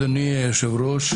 אדוני היושב-ראש,